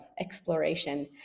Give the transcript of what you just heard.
exploration